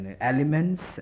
elements